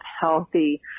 healthy